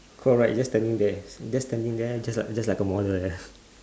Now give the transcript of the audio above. correct just standing there just standing just like just like a model like that ah